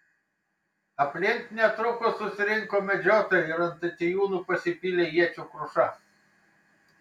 aplink netrukus susirinko medžiotojai ir ant atėjūnų pasipylė iečių kruša